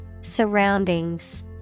Surroundings